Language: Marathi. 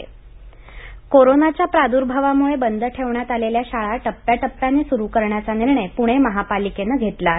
पणे शाळा कोरोनाच्या प्रादूर्भावामुळे बंद ठेवण्यात आलेल्या शाळा टप्प्याटप्याने सुरु करण्याचा निर्णय प्णे महापालिकेनं घेतला आहे